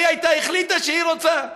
והחליטה שהיא רוצה.